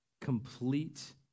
Complete